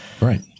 Right